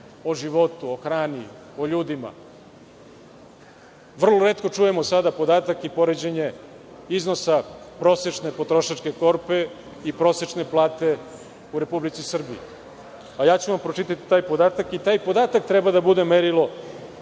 o životu, hranu, ljudima. Vrlo retko čujemo, sada, podatak i poređenje iznosa prosečne potrošačke korpe i prosečne plate u Republici Srbiji. Pročitaću vam taj podatak i taj podatak treba da bude merilo